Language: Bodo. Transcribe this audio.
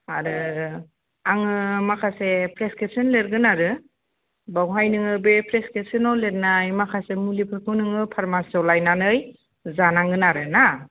आरो आङो माखासे फ्रेसखेबसन लेरगोन आरो बावहाय नों बे फ्रेसखेबसनाव लेरनाय माखासे मुलिफोरखौ नोङो फारमासियाव लायनानै जानांगोन आरो ना